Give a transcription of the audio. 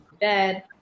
bed